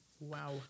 wow